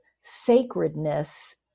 sacredness